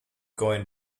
going